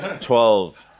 Twelve